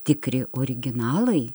tikri originalai